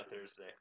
Thursday